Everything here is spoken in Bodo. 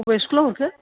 अबे स्कुलाव हरखो